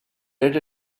read